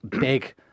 big